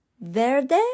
Verde